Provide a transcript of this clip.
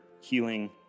healing